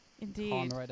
Indeed